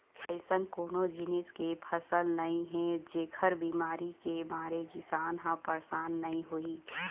अइसन कोनो जिनिस के फसल नइ हे जेखर बिमारी के मारे किसान ह परसान नइ होही